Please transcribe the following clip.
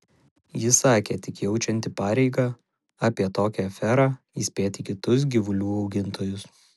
ji sakė tik jaučianti pareigą apie tokią aferą įspėti kitus gyvulių augintojus